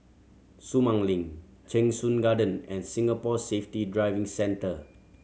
Sumang Link Cheng Soon Garden and Singapore Safety Driving Centre